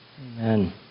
Amen